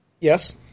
Yes